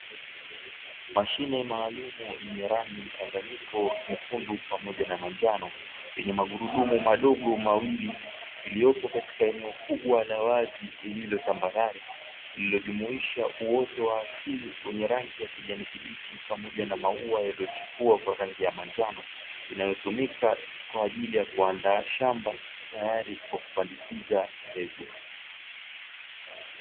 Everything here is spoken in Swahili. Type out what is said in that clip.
Mashine ya maalumu yenye rangi mchanganyiko nyekundu pamoja na manjano, yenye magurudumu madogo mawili yaliyopo katika eneo kubwa la wazi lililotambarare, lililojumuisha uoto wa asili, wenye rangi ya kijani kibichi pamoja na maua yaliyochipua kwa rangi ya manjano inayotumika kwaajili ya kuandaa shamba tayari kupandikiza mbegu.